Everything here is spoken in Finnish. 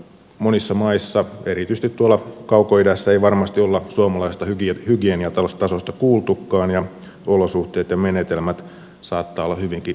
monissa maissa erityisesti tuolla kaukoidässä ei varmasti olla suomalaisesta hygieniatasosta kuultukaan ja olosuhteet ja menetelmät saattavat olla hyvinkin barbaarisia